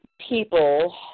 people